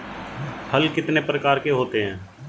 हल कितने प्रकार के होते हैं?